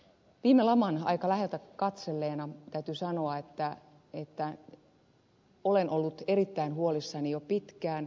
viime laman aika läheltä katselleena täytyy sanoa että olen ollut erittäin huolissani jo pitkään